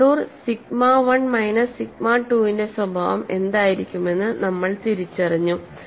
contour sigma one minus sigma 2 ന്റെ സ്വഭാവം എന്തായിരിക്കുമെന്ന് നമ്മൾ തിരിച്ചറിഞ്ഞു